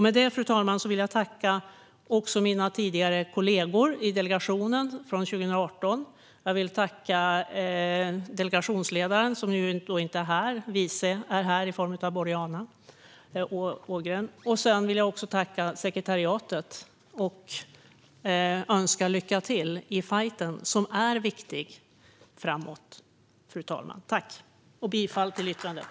Med det, fru talman, vill jag tacka mina tidigare kollegor i delegationen från 2018. Jag vill tacka delegationsledaren, som inte är här. Vice är här i form av Boriana Åberg. Jag vill också tacka sekretariatet och önska lycka till i fajten framöver. Den är viktig, fru talman. Jag yrkar bifall till förslaget.